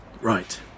Right